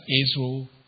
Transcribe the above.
Israel